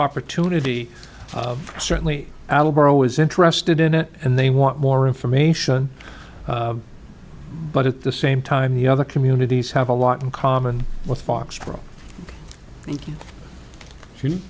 opportunity certainly albro is interested in it and they want more information but at the same time the other communities have a lot in common with